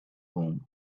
home